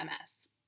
MS